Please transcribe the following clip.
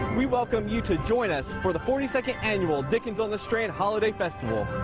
we welcome you to join us for the forty second annual dickens on the strand holiday festival.